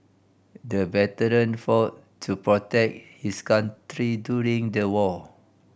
the veteran fought to protect his country during the war